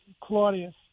Claudius